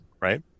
right